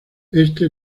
éste